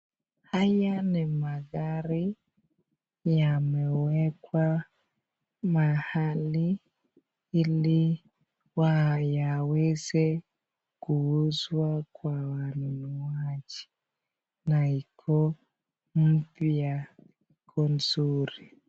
Haya ni magari, yamewekwa mahali ili wayaweze kuuza kwa wanunuaji na iko mpya iko nzuri.